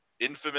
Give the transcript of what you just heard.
infamous